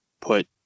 put